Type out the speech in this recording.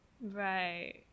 Right